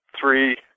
three